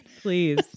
please